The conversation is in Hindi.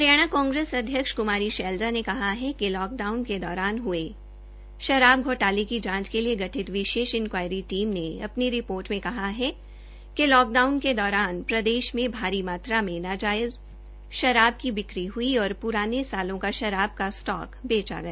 हरियाणा कांग्रेस अध्यक्ष कुमारी शैलजा ने कहा है कि लाकडाउन के दौरान हये शराब घोटाले की जांच के लिए लिए गठित विशेष इंक्वायरी टीम ने अपनी रिपोर्ट में कहा है कि लाकडाउन के दौरान प्रदेश में भारी मात्रा में नाजायज़ शराब की बिक्री हुई और पुराने सालों की शराब का स्टाक बेचा गया